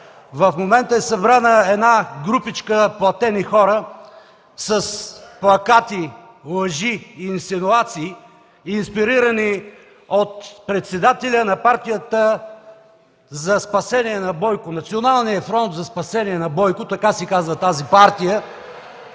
В момента е събрана една групичка платени хора с плакати: лъжи и инсинуации, инспирирани от председателя на партията за спасение на Бойко. Националният фронт за спасение на Бойко – така се казва тази партия,